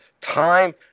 time